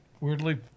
weirdly